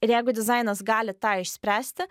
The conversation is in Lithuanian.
ir jeigu dizainas gali tą išspręsti